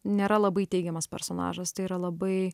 nėra labai teigiamas personažas tai yra labai